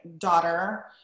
daughter